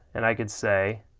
and i could say